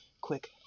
quick